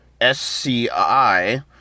SCI